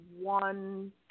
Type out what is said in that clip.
one